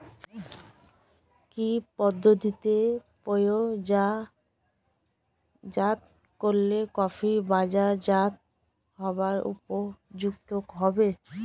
কি পদ্ধতিতে প্রক্রিয়াজাত করলে কফি বাজারজাত হবার উপযুক্ত হবে?